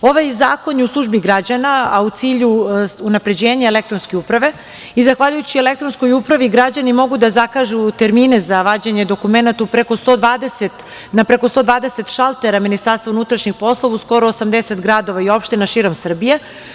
Ovaj zakon je u službi građana, a u cilju unapređenja elektronske uprave i zahvaljujući elektronskoj upravi građani mogu da zakažu termine za vađenje dokumenata na preko 120 šaltera Ministarstva unutrašnjih poslova u skoro 80 gradova i opština širom Srbije.